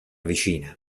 vicina